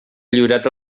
lliurat